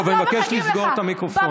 טוב, אני מבקש לסגור את המיקרופון.